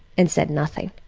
and said nothing.